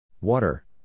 Water